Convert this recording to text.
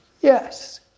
Yes